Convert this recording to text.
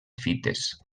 fites